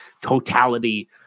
totality